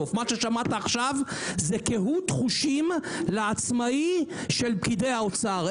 מה ששמעת עכשיו זה קהות חושים לעצמאי של פקידי האוצר.